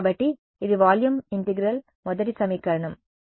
కాబట్టి ఇది వాల్యూమ్ సమగ్ర మొదటి సమీకరణం సరే